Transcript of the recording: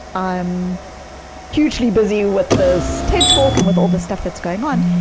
i'm hugely busy with this ted talk and with all the stuff that's going on,